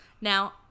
Now